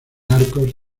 arcos